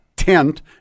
tent